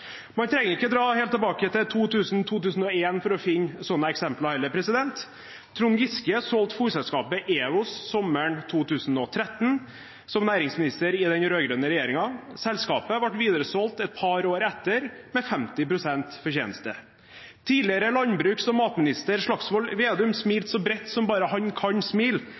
Man trenger ikke dra helt tilbake til 2000–2001 for å finne sånne eksempler, heller. Trond Giske solgte som næringsminister i den rød-grønne regjeringen fôrselskapet EWOS sommeren 2013. Selskapet ble videresolgt et par år etter med 50 pst. fortjeneste. Tidligere landbruks- og matminister Slagsvold Vedum smilte så bredt som bare han kan,